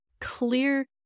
clear